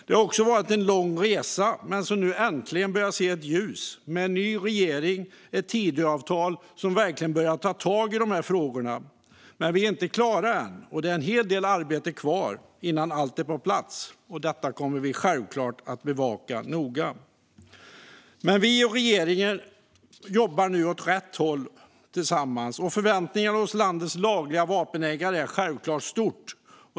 Det har också varit en lång resa. Men vi börjar nu äntligen se ett ljus med en ny regering och ett Tidöavtal som verkligen börjar ta tag i de här frågorna. Men vi är inte klara än. Det är en hel del arbete kvar innan allt är på plats. Detta kommer vi självklart att bevaka noga. Vi och regeringen jobbar nu åt rätt håll tillsammans. Förväntningarna hos landets lagliga vapenägare är förstås stora.